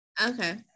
Okay